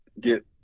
get